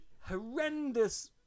horrendous